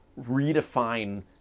redefine